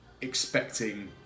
expecting